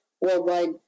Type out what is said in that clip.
worldwide